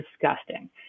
disgusting